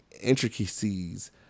intricacies